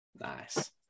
Nice